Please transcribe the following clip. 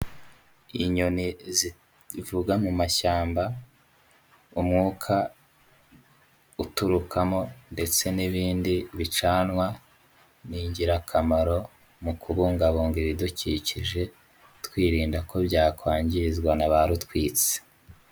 Inyoni zivuga mu mashyamba, umwuka uturukamo ndetse n'ibindi bicanwa, ni ingirakamaro mu kubungabunga ibidukikije, twirinda ko byakwangizwa na ba rutwitsi.